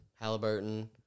Halliburton